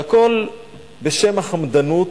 והכול בשם החמדנות,